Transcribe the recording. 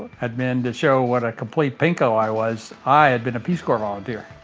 had been, to show what a complete pinko i was, i had been a peace corps volunteer!